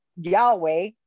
Yahweh